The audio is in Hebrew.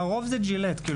לרוב זה Gillette או